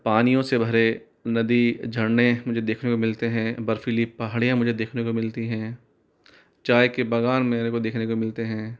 पानियों से भरे नदी झरने मुझे देखने को मिलते हैं बर्फीली पहाड़ियाँ मुझे देखने को मिलती हैं चाय के बगान मुझे देखने को मिलते हैं